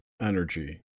energy